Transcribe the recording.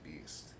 beast